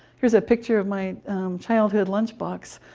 here's a picture of my childhood lunch box.